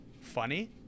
funny